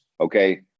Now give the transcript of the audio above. okay